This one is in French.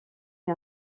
est